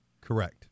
Correct